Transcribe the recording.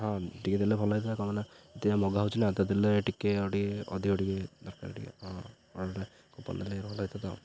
ହଁ ଟିକେ ଦେଲେ ଭଲ ହେଇଥାଆନ୍ତା କ'ଣ ମାନେ ମଗା ହେଉଛି ନା ତ ଦେଲେ ଟିକେ ଆଉ ଟିକେ ଅଧିକ ଟିକେ ଦରକାର ଟିକେ ହଁ ଅର୍ଡ଼ରରେ କୁପନ ଦେଲେ ଭଲ ହେଇଥାଆନ୍ତା ଆଉ